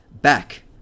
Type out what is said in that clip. back